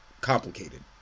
complicated